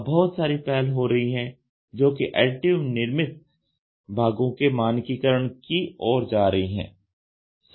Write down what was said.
अब बहुत सारी पहल हो रही है जो कि एडिटिव निर्मित भागों के मानकीकरण की ओर जा रही है